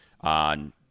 On